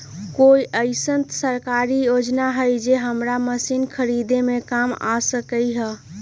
कोइ अईसन सरकारी योजना हई जे हमरा मशीन खरीदे में काम आ सकलक ह?